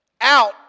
out